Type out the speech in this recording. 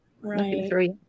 Right